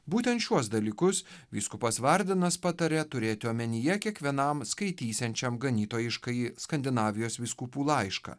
būtent šiuos dalykus vyskupas vardenas pataria turėti omenyje kiekvienam skaitysiančiam ganytojiškąjį skandinavijos vyskupų laišką